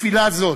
בתפילה זאת,